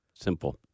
Simple